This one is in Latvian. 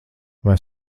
vai